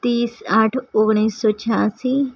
ત્રીસ આઠ ઓગણીસ સો છ્યાંશી